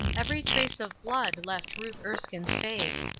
every trace of blood left ruth erskine's face.